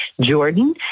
Jordan